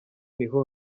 niho